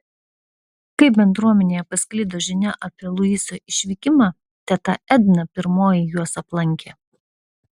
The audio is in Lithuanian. kai bendruomenėje pasklido žinia apie luiso išvykimą teta edna pirmoji juos aplankė